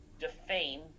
defame